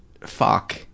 fuck